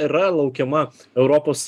yra laukiama europos